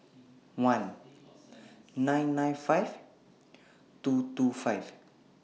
one nine nine five two two five